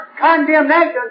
condemnation